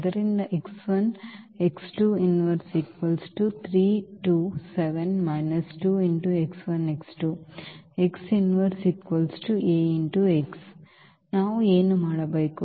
ಆದ್ದರಿಂದ ನಾವು ಏನು ಮಾಡಬೇಕು